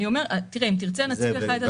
אם תרצה נציג לך את התוכניות.